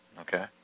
Okay